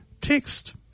text